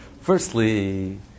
Firstly